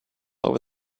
over